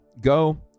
go